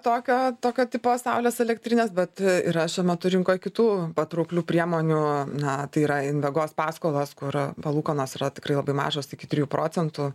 tokio tokio tipo saulės elektrinės bet yra šiuo metu rinkoj kitų patrauklių priemonių na tai yra invegos paskolos kur palūkanos yra tikrai labai mažos iki trijų procentų